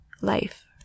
life